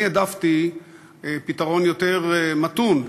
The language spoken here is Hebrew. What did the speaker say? פתרון יותר מתון,